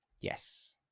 Yes